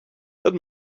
that